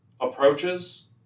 approaches